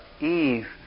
Eve